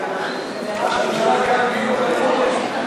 אדוני היושב-ראש.